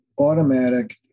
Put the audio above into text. automatic